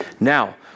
Now